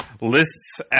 Lists